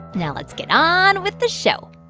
now let's get on with the show